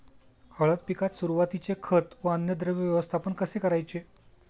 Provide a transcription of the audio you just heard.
हळद पिकात सुरुवातीचे खत व अन्नद्रव्य व्यवस्थापन कसे करायचे?